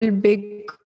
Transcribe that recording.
big